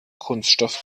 kunststoff